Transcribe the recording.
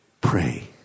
pray